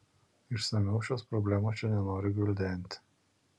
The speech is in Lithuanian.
išsamiau šios problemos čia nenoriu gvildenti